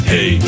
Hey